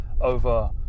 over